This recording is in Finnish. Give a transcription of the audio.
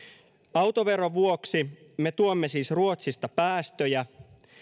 autoveron vuoksi me tuomme siis ruotsista päästöjä